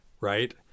right